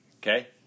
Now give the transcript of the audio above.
Okay